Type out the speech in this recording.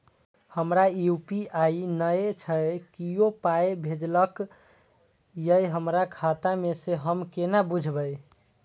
हमरा यू.पी.आई नय छै कियो पाय भेजलक यै हमरा खाता मे से हम केना बुझबै?